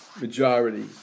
majority